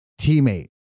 teammate